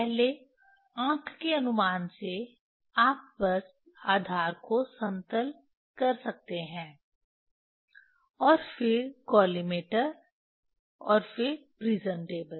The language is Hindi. पहले आंख के अनुमान से आप बस आधार को समतल कर सकते हैं और फिर कॉलिमेटर और फिर प्रिज्म टेबल